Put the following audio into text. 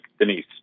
denise